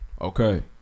okay